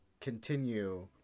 continue